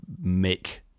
make